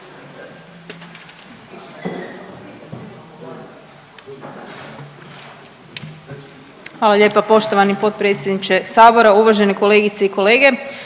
Hvala lijepo poštovani predsjedniče Hrvatskog sabora, uvažene kolegice i kolege.